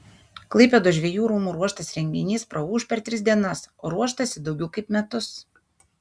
klaipėdos žvejų rūmų ruoštas renginys praūš per tris dienas o ruoštasi daugiau kaip metus